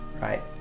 right